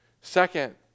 Second